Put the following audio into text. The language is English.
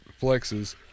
flexes